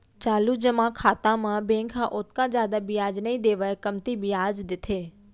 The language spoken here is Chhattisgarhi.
चालू जमा खाता म बेंक ह ओतका जादा बियाज नइ देवय कमती बियाज देथे